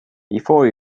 before